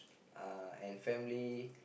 uh and family